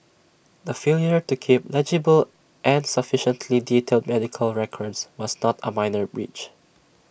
the failure to keep legible and sufficiently detailed medical records was not A minor breach